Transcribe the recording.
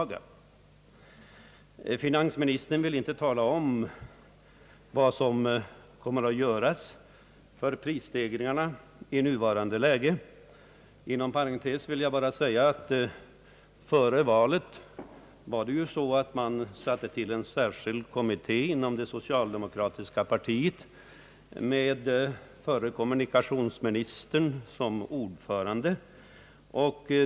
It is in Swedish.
Finansministern vill inte tala om vad som kommer att göras för Prisstegringarna i nuvarande läge. Inom parentes vill jag bara säga, att före valet tillsatte man för den frågan en särskild kommitté inom det socialdemokratiska partiet med förre kommunikationsministern som ordförande.